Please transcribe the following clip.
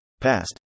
past